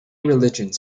religions